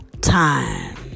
Time